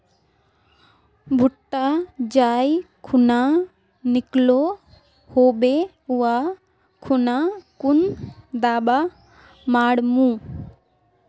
भुट्टा जाई खुना निकलो होबे वा खुना कुन दावा मार्मु?